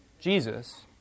Jesus